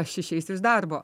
aš išeisiu iš darbo